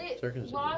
circumcision